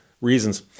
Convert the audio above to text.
reasons